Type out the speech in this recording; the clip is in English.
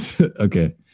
Okay